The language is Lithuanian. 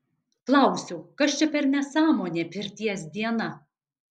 klausiu kas čia per nesąmonė pirties diena